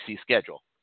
schedule